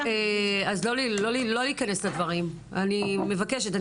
לא להיכנס לדברים, אני מבקשת.